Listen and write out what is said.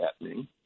happening